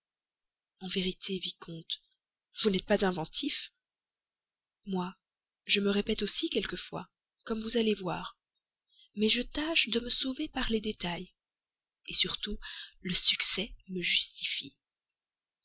en vérité vicomte vous n'êtes pas inventif moi je me répète aussi quelquefois comme vous allez voir mais je tâche de me sauver par les détails surtout le succès me justifie